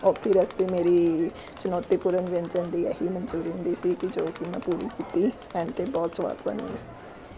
ਔਖੀ ਰੈਸਪੀ ਮੇਰੀ ਚਣੌਤੀਪੂਰਨ ਵਿਅੰਜਨ ਦੀ ਇਹ ਹੀ ਮਨਚੂਰੀਅਨ ਦੀ ਸੀ ਕਿ ਜੋ ਕਿ ਮੈਂ ਪੂਰੀ ਕੀਤੀ ਐਂਡ 'ਤੇ ਬਹੁਤ ਸਵਾਦ ਬਣ ਗਈ ਸੀ